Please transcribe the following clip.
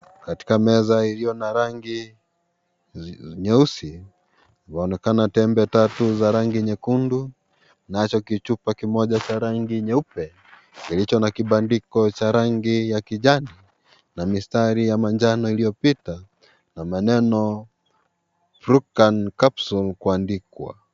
Katika meza iliyo na rangi nyesi, zaonekana tembe tatu za rangi nyekundu nacho kichupa kimoja cha rangi nyeupe kilicho na kibandiko cha rangi ya kijani na mistari ya manjao iliyopita na maneno Prucan capsule kuandikwa.